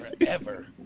forever